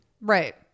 Right